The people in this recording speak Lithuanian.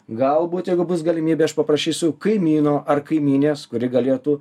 galbūt jeigu bus galimybė aš paprašysiu kaimyno ar kaimynės kuri galėtų